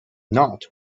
not